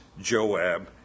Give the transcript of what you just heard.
Joab